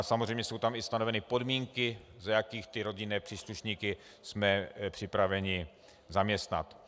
Samozřejmě jsou tam stanoveny podmínky, za jakých ty rodinné příslušníky jsme připraveni zaměstnat.